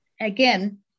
Again